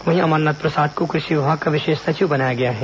वहीं अमरनाथ प्रसाद को कृषि विभाग का विशेष सचिव बनाया गया है